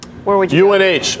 UNH